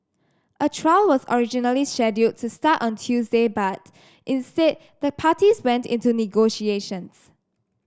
a trial was originally scheduled to start on Tuesday but instead the parties went into negotiations